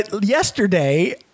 yesterday